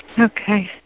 Okay